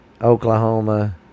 Oklahoma